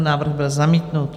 Návrh byl zamítnut.